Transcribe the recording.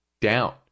down